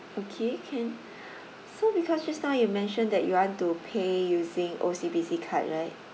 okay can so because just now you mentioned that you want to pay using O_C_B_C card right